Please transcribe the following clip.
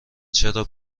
چرا